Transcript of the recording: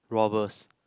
robbers